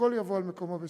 והכול יבוא על מקומו בשלום.